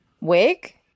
Wig